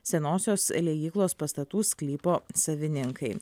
senosios liejyklos pastatų sklypo savininkai